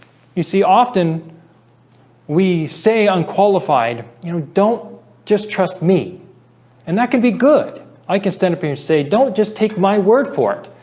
you see often we say unqualified, you know, don't just trust me and that can be good i can stand up and say don't just take my word for it.